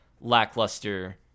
lackluster